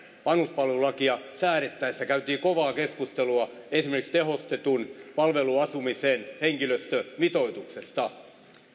vanhuspalvelulakia säädettäessä käytiin kovaa keskustelua esimerkiksi tehostetun palveluasumisen henkilöstömitoituksesta